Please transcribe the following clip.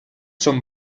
son